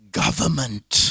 government